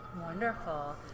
Wonderful